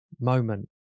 moment